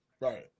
Right